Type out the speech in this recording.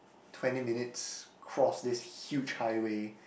twenty minutes cross this huge high way